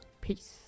Peace